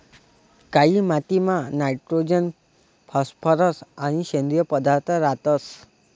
कायी मातीमा nitrogen phosphorus आणि सेंद्रिय पदार्थ रातंस